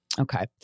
Okay